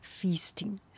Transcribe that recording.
feasting